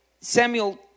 Samuel